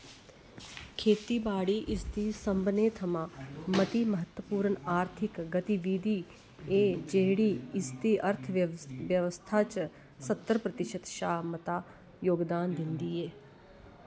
खेतीबाड़ी इसदी सभनें थमां मती म्हत्तवपूर्ण आर्थिक गतिविधि ऐ जेह्ड़ी इसदी अर्थव्यवस्था च सत्तर प्रतिशत शा मता योगदान दिंदी ऐ